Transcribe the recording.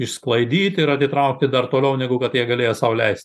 išsklaidyt ir atitraukti dar toliau negu kad jie galėjo sau leist